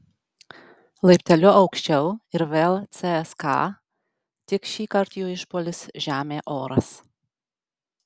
laipteliu aukščiau ir vėl cska tik šįkart jų išpuolis žemė oras